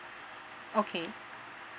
okay